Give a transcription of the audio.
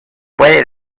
puede